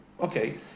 okay